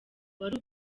wari